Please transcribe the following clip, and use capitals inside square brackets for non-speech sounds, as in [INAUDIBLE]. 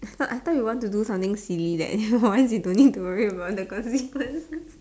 it's not I thought you want to do something silly that for once you don't need to worry about the consequences [LAUGHS]